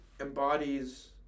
embodies